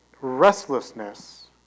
restlessness